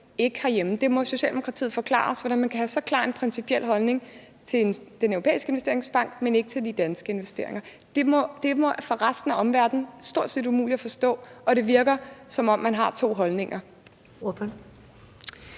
ikke herhjemme? Socialdemokratiet må forklare os, hvordan man kan have så klar en principiel holdning til Den Europæiske Investeringsbank, men ikke til de danske investeringer. Det må for resten af omverdenen være stort set umuligt at forstå, og det virker, som om man har to holdninger.